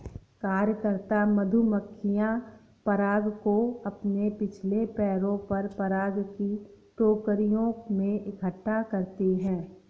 कार्यकर्ता मधुमक्खियां पराग को अपने पिछले पैरों पर पराग की टोकरियों में इकट्ठा करती हैं